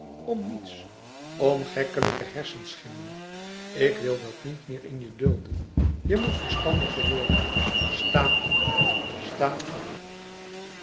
om niets om gekkelijke hersenschimmen ik wil dat niet meer in je dulden je moet verstandiger worden sta op sta op